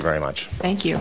very much thank you